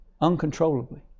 uncontrollably